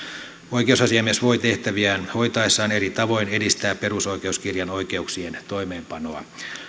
oikeusasiamies voi tehtäviään hoitaessaan eri tavoin edistää perusoikeuskirjan oikeuksien toimeenpanoa